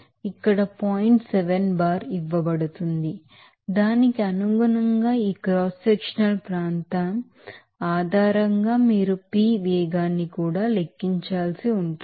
కాబట్టి దానికి అనుగుణంగా ఈ క్రాస్ సెక్షనల్ ప్రాంతం ఆధారంగా మీరు పి వేగాన్ని కూడా లెక్కించాల్సి ఉంటుంది